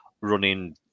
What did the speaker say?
running